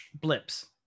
blips